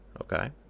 Okay